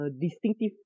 distinctive